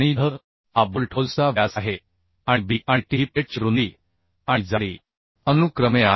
हा बोल्ट होल्सचा व्यास आहे आणि b आणि t ही प्लेटची रुंदी आणि जाडी अनुक्रमे आहे